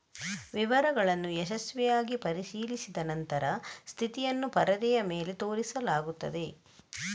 ವಿವರಗಳನ್ನು ಯಶಸ್ವಿಯಾಗಿ ಪರಿಶೀಲಿಸಿದ ನಂತರ ಸ್ಥಿತಿಯನ್ನು ಪರದೆಯ ಮೇಲೆ ತೋರಿಸಲಾಗುತ್ತದೆ